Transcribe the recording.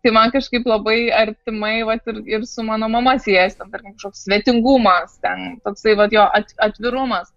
tai man kažkaip labai artimai vat ir ir su mano mama siejasi tarkim kažkoks svetingumas ten toksai vat jo atvirumas